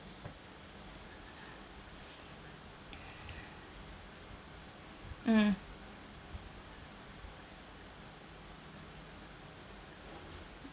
mm